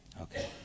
Okay